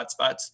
hotspots